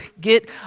get